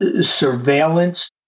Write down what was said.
surveillance